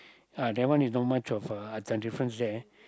uh that one is not much of a difference there